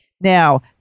Now